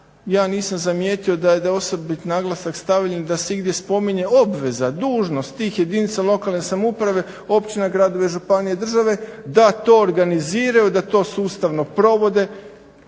ja nisam zamijetio da je osobit naglasak stavljen da se igdje spominje obveza, dužnost tih jedinica lokalne samouprave, općina, gradova, županije i države da to organiziraju da to sustavno provode